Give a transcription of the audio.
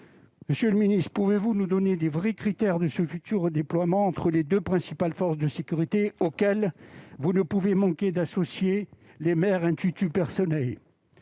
Monsieur le ministre, pouvez-vous nous donner les vrais critères de ce futur redéploiement entre les deux principales forces de sécurité, auquel vous ne pouvez manquer d'associer les maires ? Par